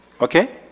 Okay